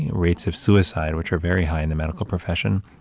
rates of suicide, which are very high in the medical profession,